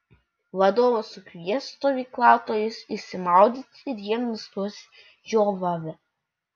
vadovas sukvies stovyklautojus išsimaudyti ir jie nustos žiovavę